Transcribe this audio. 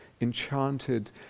enchanted